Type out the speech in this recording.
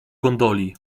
gondoli